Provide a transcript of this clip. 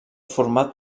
format